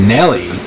Nelly